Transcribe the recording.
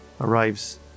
arrives